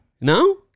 no